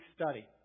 study